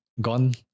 gone